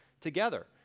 together